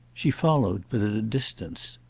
she followed, but at a distance.